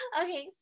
Okay